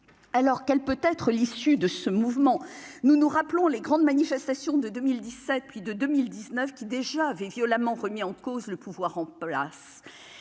alors qu'elle peut être l'issue de ce mouvement, nous nous rappelons les grandes manifestations de 2017 puis de 2019 qui déjà avait violemment remis en cause le pouvoir en place